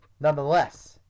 nonetheless